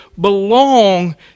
belong